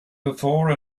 before